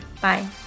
Bye